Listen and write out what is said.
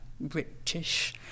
British